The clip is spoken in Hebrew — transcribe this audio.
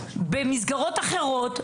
במסגרות אחרות בעולם,